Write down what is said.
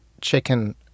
chicken